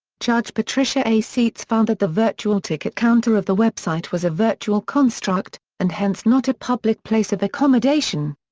judge patricia a. seitz found that the virtual ticket counter of the website was a virtual construct, and hence not a public place of accommodation.